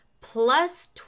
plus